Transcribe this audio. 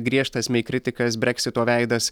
griežtas mei kritikas breksito veidas